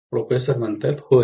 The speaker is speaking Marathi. प्रोफेसर होय